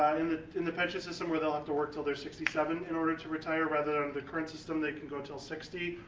and the pension system where they'll have to work til they're sixty seven in order to retire rather than the current system they can go til sixty,